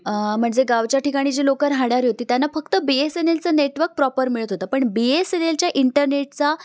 म्हणजे गावच्या ठिकाणी जे लोक राहाणारी होती त्यांना फक्त बी एस एन एलचं नेटवर्क प्रॉपर मिळत होतं पण बी एस एन एलच्या इंटरनेटचा